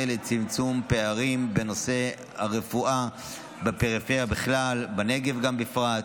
לצמצום פערים בנושא הרפואה בפריפריה בכלל ובנגב בפרט,